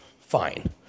Fine